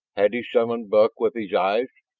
had he summoned buck with his eyes?